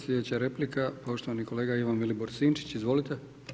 Sljedeća replika poštovani kolega Ivan Vilibor Sinčić, izvolite.